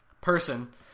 person